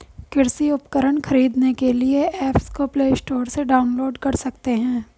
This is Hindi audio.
कृषि उपकरण खरीदने के लिए एप्स को प्ले स्टोर से डाउनलोड कर सकते हैं